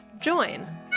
join